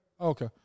Okay